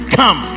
come